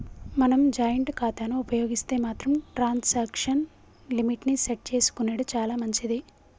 మనం జాయింట్ ఖాతాను ఉపయోగిస్తే మాత్రం ట్రాన్సాక్షన్ లిమిట్ ని సెట్ చేసుకునెడు చాలా మంచిది